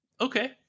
okay